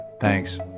Thanks